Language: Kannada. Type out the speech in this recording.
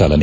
ಚಾಲನೆ